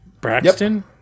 Braxton